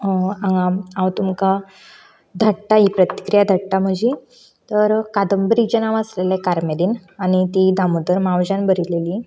हांगा हांव तुमकां धाडटा ही प्रतिक्रिया धाडटा म्हजी तर कादंबरीचें नांव आसलेलें कार्मेलीन आनी ती दामोदर मावज्यान बरयलेली